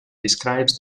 describes